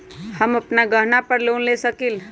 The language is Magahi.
हम अपन गहना पर लोन ले सकील?